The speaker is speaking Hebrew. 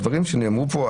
הדברים שנאמרו פה,